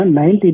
90